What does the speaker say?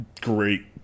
great